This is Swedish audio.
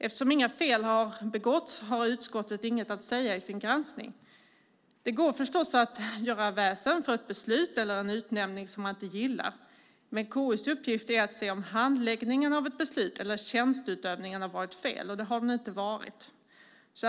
Eftersom inga fel har begåtts har utskottet inget att säga i sin granskning. Det går förstås att föra väsen om ett beslut eller en utnämning man inte gillar, men KU:s uppgift är att se om tjänsteutövningen eller handläggningen av ett beslut har varit fel, och så har inte varit fallet.